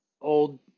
old